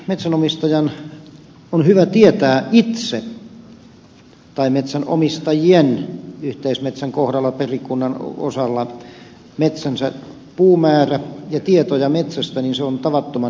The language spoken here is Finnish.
metsänomistajan tai metsänomistajien yhteismetsän kohdalla perikunnan osalla on hyvä tietää itse metsänsä puumäärä ja tietoja metsästä se on tavattoman hyvä asia